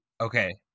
Okay